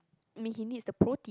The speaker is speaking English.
I mean he needs the protein